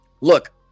look